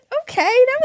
Okay